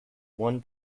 won